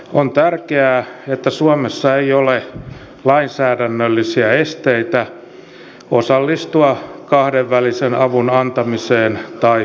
on tärkeää että suomessa ei ole lainsäädännöllisiä esteitä osallistua kahdenvälisen avun antamiseen tai vastaanottamiseen